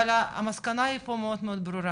אבל המסקנה פה היא מאוד ברורה,